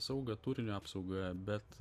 saugą turinio apsaugą bet